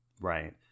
Right